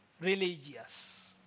religious